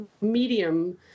medium